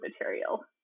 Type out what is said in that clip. material